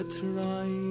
try